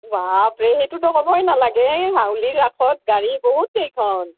বাপৰে সেইটোতো ক'বই নালাগে এই হাউলী ৰাসত গাড়ী বহুতকেইখন